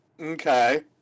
Okay